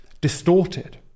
distorted